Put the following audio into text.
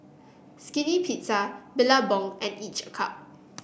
Skinny Pizza Billabong and each a cup